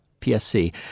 PSC